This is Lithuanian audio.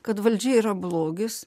kad valdžia yra blogis